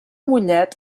mollet